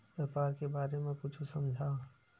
व्यापार के बारे म कुछु समझाव?